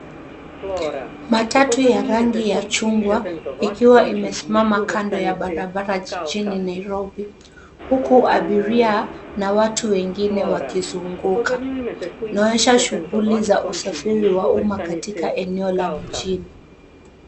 Matatu ya rangi ya chungwa ikiwa imesimama kando ya barabara jijini Nairobi, huku abiria na watu wengine wakizunguka. Inaonyesha shughuli za usafiri wa umma katika eneo la mjini.